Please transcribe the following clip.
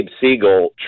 Siegel